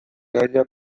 gaia